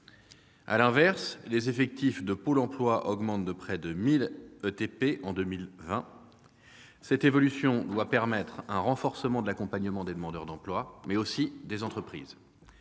À l'inverse, les effectifs de Pôle emploi augmentent de près de 1 000 équivalents temps plein (ETP) en 2020. Cette évolution doit permettre un renforcement de l'accompagnement des demandeurs d'emploi, mais aussi des entreprises.